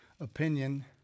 opinion